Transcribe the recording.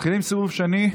מתחילים סיבוב שני.